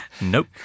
nope